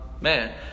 Man